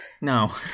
No